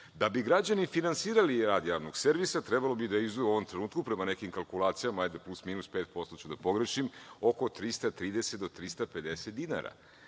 Da bi građani finansirali rad javnog servisa, trebalo bi da izdvoje u ovom trenutku, prema nekim kalkulacijama, plus-minus 5% ću da pogrešim, oko 330 do 350 dinara.